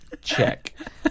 Check